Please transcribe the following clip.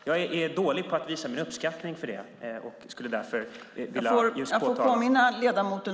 Jag är dålig på att visa min uppskattning för det och skulle därför vilja påtala .